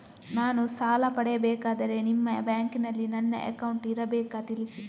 ನಾನು ಸಾಲ ಪಡೆಯಬೇಕಾದರೆ ನಿಮ್ಮ ಬ್ಯಾಂಕಿನಲ್ಲಿ ನನ್ನ ಅಕೌಂಟ್ ಇರಬೇಕಾ ತಿಳಿಸಿ?